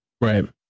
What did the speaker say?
Right